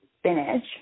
spinach